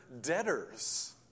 debtors